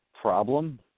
problem